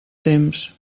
temps